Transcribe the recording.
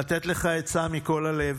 לתת לך עצה מכל הלב: